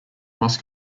must